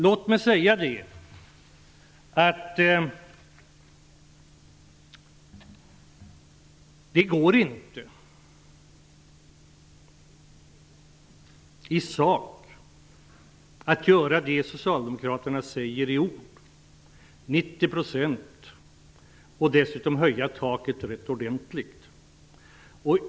Det går inte att i sak göra det som Socialdemokraterna säger i ord -- höja ersättningsnivån till 90 % och dessutom höja taket ordentligt.